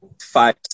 five